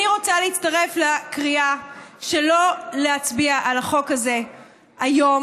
אני רוצה להצטרף לקריאה שלא להצביע על החוק הזה היום.